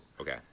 okay